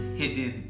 hidden